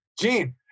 Gene